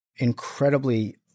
incredibly